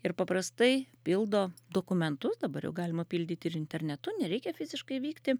ir paprastai pildo dokumentus dabar jau galima pildyti ir internetu nereikia fiziškai vykti